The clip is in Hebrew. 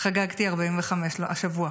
חגגתי 45 השבוע.